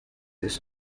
isi